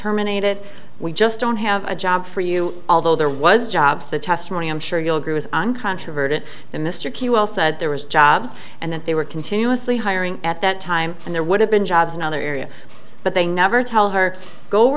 terminated we just don't have a job for you although there was jobs the testimony i'm sure you'll agree was uncontroverted the mr key well said there was jobs and that they were continuously hiring at that time and there would have been jobs in another area but they never tell her go